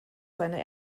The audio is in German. seine